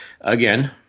again